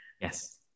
yes